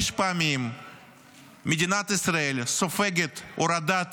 מדינת ישראל סופגת הורדת